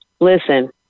listen